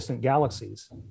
galaxies